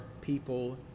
people